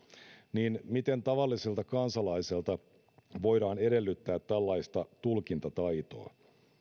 niin miten tavalliselta kansalaiselta voidaan edellyttää tällaista tulkintataitoa